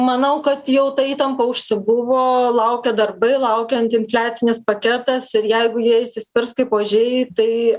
manau kad jau ta įtampa užsibuvo laukia darbai laukiant infliacinis paketas ir jeigu jie išsispirs kaip ožiai tai